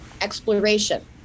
exploration